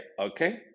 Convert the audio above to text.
okay